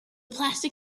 plastic